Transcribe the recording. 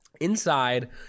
Inside